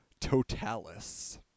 Totalis